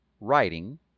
writing